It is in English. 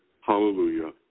Hallelujah